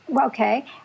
Okay